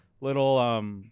little